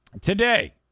Today